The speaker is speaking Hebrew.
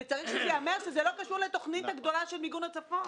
צריך לומר שזה לא קשור לתוכנית הגדולה של מיגון הצפון.